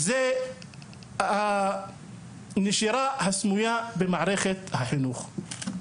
היא הנשירה הסמויה במערכת החינוך.